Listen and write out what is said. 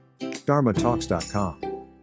dharmatalks.com